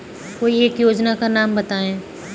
कोई एक योजना का नाम बताएँ?